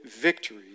victory